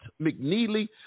McNeely